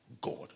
God